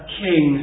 king